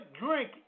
drink